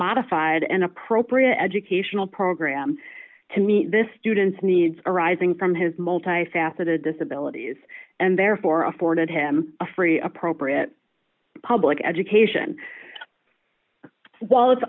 modified an appropriate educational program to meet this student's needs arising from his multi faceted disability and therefore afforded him a free appropriate public education while it's